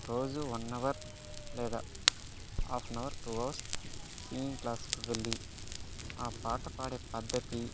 రోజు one hour లేదా half an hour two hours singing class కి వెళ్ళి ఆ పాట పాడే పద్ధతి